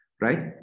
right